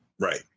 right